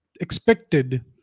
expected